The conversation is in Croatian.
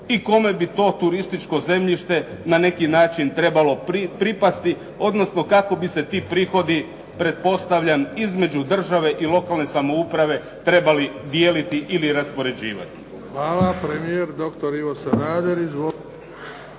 i kome bi to turističko zemljište na neki način trebalo pripasti odnosno kako bi se ti prihodi pretpostavljam između države i lokalne samouprave trebali dijeliti ili raspoređivati? **Bebić, Luka